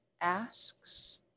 asks